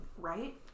Right